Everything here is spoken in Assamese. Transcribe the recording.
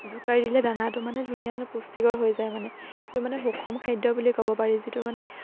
জোকাৰি দিলে দানাটো মানে ধুনীয়া মানে পুষ্টিকৰ হৈ যায় মানে সেইটো মানে সুষম খাদ্য বুলি ক'ব পাৰি যিটো মানে